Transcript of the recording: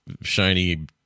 shiny